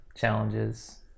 challenges